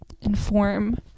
inform